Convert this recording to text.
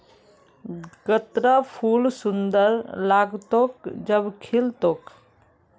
गत्त्रर फूल सुंदर लाग्तोक जब खिल तोक